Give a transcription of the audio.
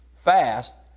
Fast